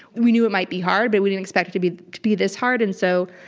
we knew it might be hard, but we didn't expect it to be to be this hard. and so,